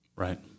Right